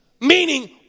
Meaning